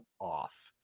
off